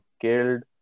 killed